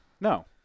No